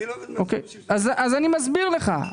אני מסביר לך.